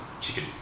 chicken